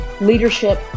leadership